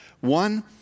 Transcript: One